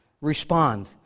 Respond